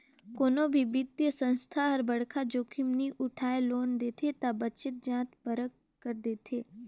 कोनो भी बित्तीय संस्था हर बड़खा जोखिम नी उठाय लोन देथे ता बतेच जांच परख कर देथे